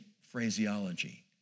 phraseology